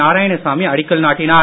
நாராயணசாமி அடிக்கல் நாட்டினார்